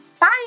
Bye